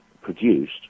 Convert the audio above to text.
produced